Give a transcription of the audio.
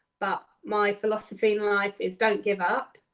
but my philosophy in life is don't give up,